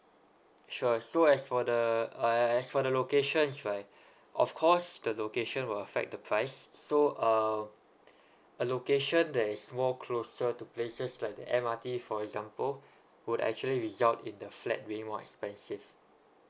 sure so as for the uh uh as for the locations right of course the location will affect the price so um a location that is more closer to places like the M_R_T for example would actually result in the flat being more expensive